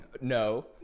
No